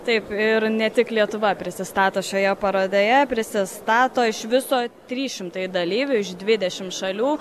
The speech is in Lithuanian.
taip ir ne tik lietuva prisistato šioje parodoje prisistato iš viso trys šimtai dalyvių iš dvidešim šalių